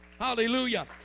Hallelujah